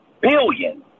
billion